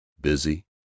busy